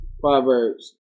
Proverbs